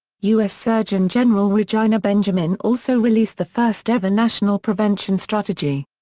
u s. surgeon general regina benjamin also released the first ever national prevention strategy.